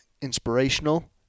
inspirational